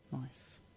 Nice